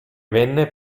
venne